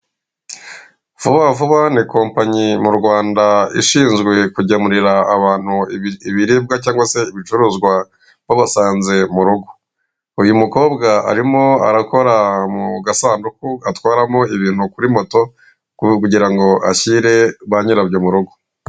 Vuba vuba ni kompanyi murwanda ishinzwe kugemurira abantu ibiribwa cyangwa se ibicuruzwa babasanze murugo, uyu mukobwa arimo arakora mugasanduku batwaramo ibintu kuri moto, kugirango ashyire banyibyo murugo.